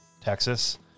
Texas